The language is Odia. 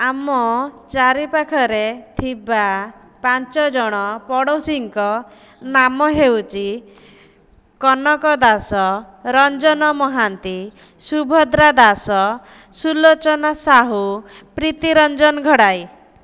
ଆମ ଚାରିପାଖରେ ଥିବା ପାଞ୍ଚଜଣ ପଡ଼ୋଶୀଙ୍କ ନାମ ହେଉଚି କନକ ଦାସ ରଞ୍ଜନ ମହାନ୍ତି ସୁଭଦ୍ରା ଦାସ ସୁଲୋଚନା ସାହୁ ପ୍ରିତିରଞ୍ଜନ ଘଡ଼ାଇ